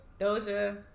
doja